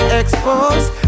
exposed